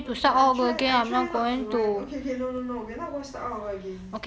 okay I try I try not to whine okayay K no no no we are not going to start all over again